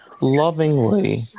Lovingly